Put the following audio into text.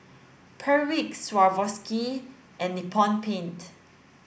Perdix Swarovski and Nippon Paint